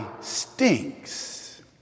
stinks